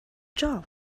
job